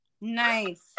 Nice